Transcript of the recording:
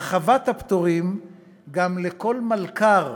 הרחבת הפטורים לכל מלכ"ר